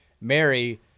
Mary